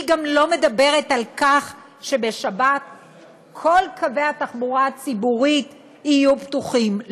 היא גם לא מדברת על כך שבשבת כל קווי התחבורה הציבורית יהיו פתוחים,